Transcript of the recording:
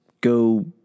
go